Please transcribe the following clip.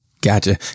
gotcha